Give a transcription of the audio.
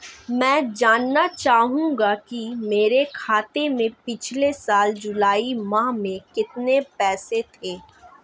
मैं जानना चाहूंगा कि मेरे खाते में पिछले साल जुलाई माह में कितने पैसे थे?